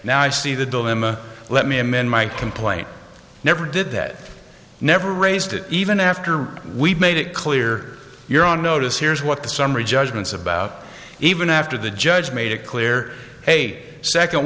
now i see the dilemma let me amend my complaint never did that never raised it even after we've made it clear you're on notice here's what the summary judgements about even after the judge made it clear a second